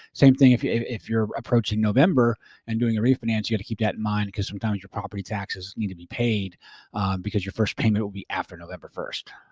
same thing, if you're if you're approaching november and doing a refinance, you gotta keep that in mind because sometimes your property taxes need to be paid because your first payment will be after november first.